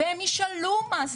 והן ישאלו מה זה.